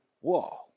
whoa